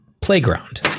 playground